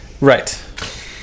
right